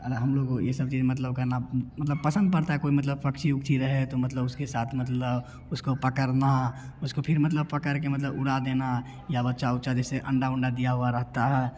और हम लोग ये सब चीज़ मतलब करना मतलब पसंद पड़ता है कोई मतलब पक्षी उछि रहे तो मतलब उसके साथ मतलब उसको पकड़ना उसको फिर मतलब पकड़ कर मतलब उड़ा देना या बच्चा उच्चा जैसे अंडा उंडा दिया हुआ रहता है